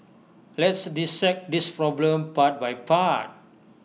let's dissect this problem part by part